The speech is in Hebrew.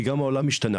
כי גם העולם משתנה,